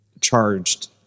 charged